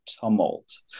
tumult